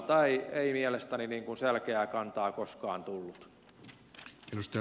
suomelta ei mielestäni selkeää kantaa koskaan tullut